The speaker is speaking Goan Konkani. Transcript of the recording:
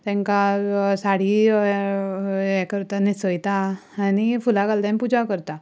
तेंका साडी हें करता न्हेसयता आनी फुलां घालता आनी पुजा करता